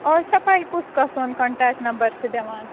از چھےٚ پاے کُس کَس سُنٛد کَنٹیکٹہٕ نَمبر چھُ دِوان